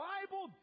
Bible